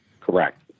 Correct